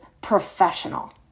professional